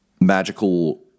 magical